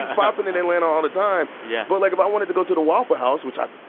popping in atlanta all the time. yeah but like, if i wanted to go to the waffle house, which i